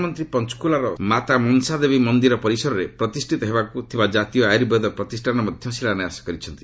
ପ୍ରଧାନମନ୍ତ୍ରୀ ପଞ୍କୁଲାର ମାତା ମନ୍ସା ଦେବୀ ମନ୍ଦିର ପରିସରରେ ପ୍ରତିଷ୍ଠିତ ହେବାକୁ ଥିବା ଜାତୀୟ ଆୟୁର୍ବେଦ ପ୍ରତିଷ୍ଠାନର ମଧ୍ୟ ଶିଳାନ୍ୟାସ କରିଛନ୍ତି